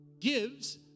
gives